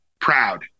Proud